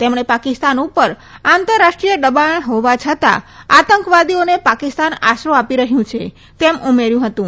તેમણે પાકિસ્તાન ઉપર આંતરરાષ્ટ્રીય દબાણ હોવા છતાં આતંકવાદીઓને પાકિસ્તાન આશરો આપી રહ્યું છે તેમ ઉમેર્યું હતું